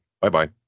bye-bye